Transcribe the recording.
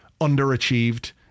underachieved